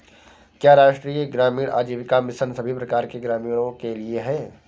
क्या राष्ट्रीय ग्रामीण आजीविका मिशन सभी प्रकार के ग्रामीणों के लिए है?